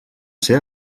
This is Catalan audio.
ser